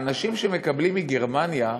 שהאנשים שמקבלים מגרמניה,